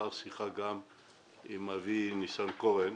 לאחר שיחה עם אבי ניסנקורן,